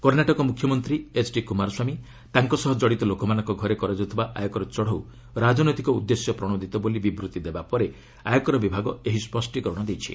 କର୍ଷ୍ଣାଟକ ମୁଖ୍ୟମନ୍ତ୍ରୀ ଏଚ୍ଡି କୁମାରସ୍ୱାମୀ ତାଙ୍କ ସହ କଡ଼ିତ ଲୋକମାନଙ୍କ ଘରେ କରାଯାଉଥିବା ଆୟକର ଚଢ଼ଉ ରାଜନୈତିକ ଉଦ୍ଦେଶ୍ୟ ପ୍ରଣୋଦିତ ବୋଲି ବିବୃତ୍ତି ଦେବା ପରେ ଆୟକର ବିଭାଗ ଏହି ସ୍ୱଷ୍ଟିକରଣ ଦେଇଛି